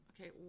Okay